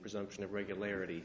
presumption of regularity